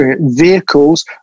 vehicles